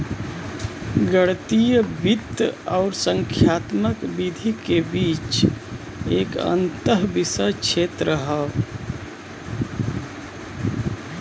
गणितीय वित्त आउर संख्यात्मक विधि के बीच एक अंतःविषय क्षेत्र हौ